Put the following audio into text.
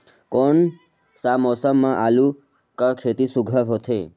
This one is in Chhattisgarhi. कोन सा मौसम म आलू कर खेती सुघ्घर होथे?